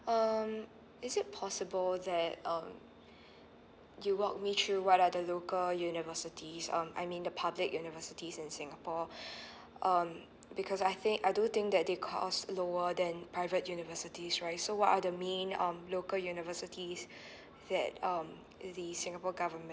um is it possible that um you walk me through what are the local universities um I mean the public universities in singapore um because I think I do think that they cost lower than private universities right so what are the main um local universities that um the singapore government